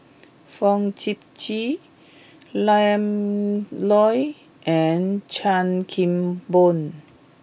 Fong Sip Chee Ian Loy and Chan Kim Boon